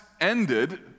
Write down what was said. ended